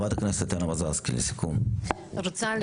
תודה רבה.